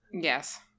Yes